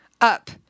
up